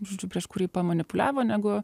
žodžiu prieš kurį pamanipuliavo negu